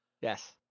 Yes